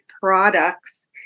products